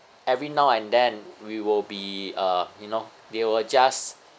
every now and then we will be uh you know they will just